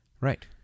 Right